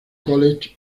college